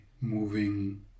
moving